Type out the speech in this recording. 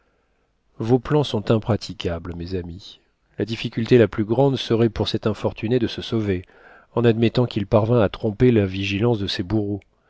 vos plans sont impraticables mes amis la difficulté la plus grande serait pour cet infortuné de se sauver en admettant qu'il parvint à tromper la vigilance de ses bourreaux